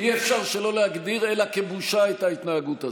אי-אפשר שלא להגדיר אלא כבושה את ההתנהגות הזאת.